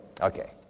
Okay